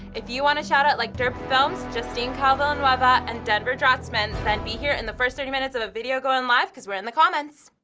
if you want a shoutout like derp films, justine kyle villanueva, and denverdrotsmen, then be here in the first thirty minutes of a video going live, cause we're in the comments!